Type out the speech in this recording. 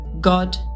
God